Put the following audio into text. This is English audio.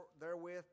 therewith